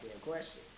question